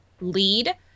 lead